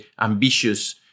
ambitious